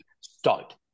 start